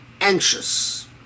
anxious